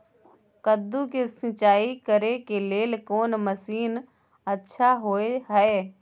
कद्दू के सिंचाई करे के लेल कोन मसीन अच्छा होय है?